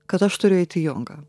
kad aš turiu eit į jogą